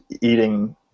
eating